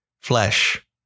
flesh